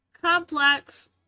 Complex